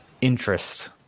interest